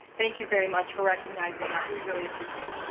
thank you very much for recognizing us. we really appreciate